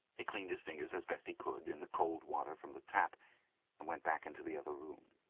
he cleaned his fingers as best he could in the cold water from the tap and went back into the other room.